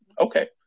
okay